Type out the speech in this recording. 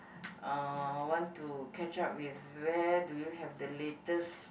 uh want to catch up with where do you have the latest